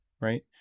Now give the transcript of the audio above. Right